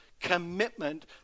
commitment